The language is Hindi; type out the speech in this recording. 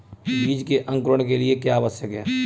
बीज के अंकुरण के लिए क्या आवश्यक है?